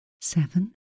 Seven